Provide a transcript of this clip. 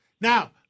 Now